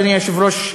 אדוני היושב-ראש,